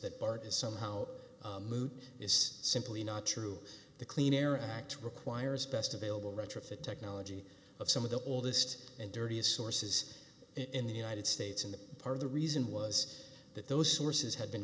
that bart is somehow moot is simply not true the clean air act requires best available retrofit technology of some of the oldest and dirtiest sources in the united states in that part of the reason was that those sources had been